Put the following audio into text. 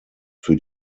für